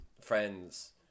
friends